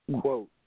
quote